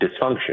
dysfunction